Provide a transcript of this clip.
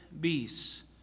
beasts